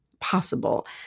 possible